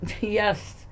Yes